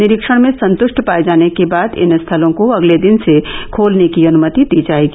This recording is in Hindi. निरीक्षण में संतुष्ट पाए जाने के बाद इन स्थलों को अगले दिन से खोलने की अनुमति दी जाएगी